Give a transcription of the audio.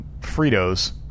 Fritos